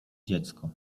dziecko